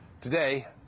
Today